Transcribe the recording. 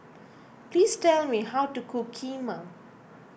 please tell me how to cook Kheema